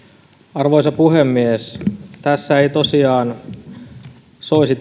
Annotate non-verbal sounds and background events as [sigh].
arvoisa puhemies tässä keskustelussa ei tosiaan soisi [unintelligible]